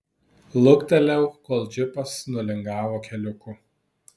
luktelėjau kol džipas nulingavo keliuku